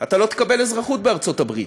לא תקבל אזרחות בארצות הברית.